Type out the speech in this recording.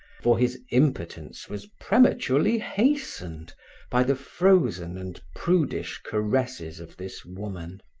for his impotence was prematurely hastened by the frozen and prudish caresses of this woman.